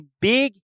big